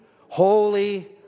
Holy